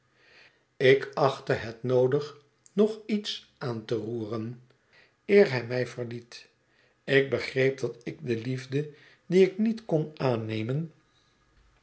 ik achtte het noodig nog iets aan te roeren eer hij mij verliet ik begreep dat ik de liefde die ik niet kon aannemen